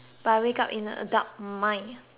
adult mind